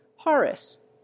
Horace